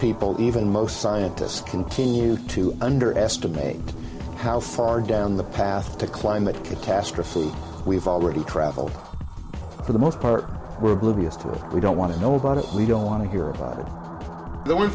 people even most scientists continue to underestimate how far down the path to climate catastrophe we've already travelled for the most part we're oblivious to it we don't want to know about it we don't want to hear about it the on